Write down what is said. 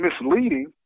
misleading